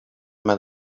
met